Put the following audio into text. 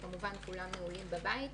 שכולם כמובן נעולים בבית,